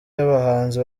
y’abahanzi